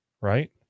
right